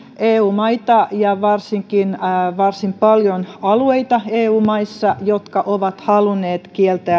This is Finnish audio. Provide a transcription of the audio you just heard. eu maita ja varsin paljon alueita eu maissa jotka ovat halunneet kieltää